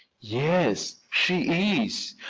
yes, she is,